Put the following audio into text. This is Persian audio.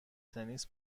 تنیس